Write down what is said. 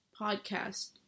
podcast